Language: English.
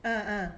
ah ah